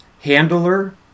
Handler